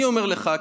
אני אומר לך,